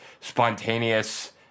spontaneous